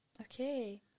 Okay